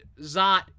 zot